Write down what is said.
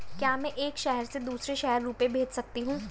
क्या मैं एक शहर से दूसरे शहर रुपये भेज सकती हूँ?